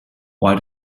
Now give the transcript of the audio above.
why